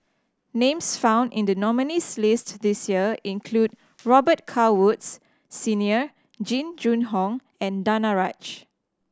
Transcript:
names found in the nominees' list this year include Robet Carr Woods Senior Jing Jun Hong and Danaraj